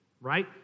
right